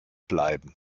bleiben